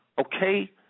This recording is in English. Okay